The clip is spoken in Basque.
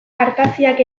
artaziak